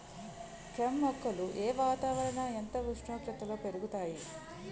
కెమ్ మొక్కలు ఏ వాతావరణం ఎంత ఉష్ణోగ్రతలో పెరుగుతాయి?